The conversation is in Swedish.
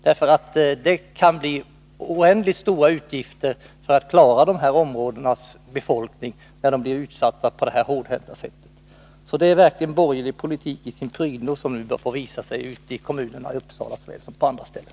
Det kan bli oerhört stora utgifter att klara människorna i de här områdena, när de blir utsatta för denna hårdhänta behandling. Det är verkligen borgerlig politik i sin prydno som nu får visa sig ute i kommunerna, i Uppsala såväl som på andra ställen.